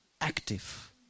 active